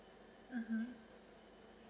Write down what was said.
mmhmm